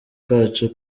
kacu